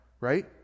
right